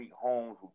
Holmes